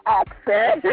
access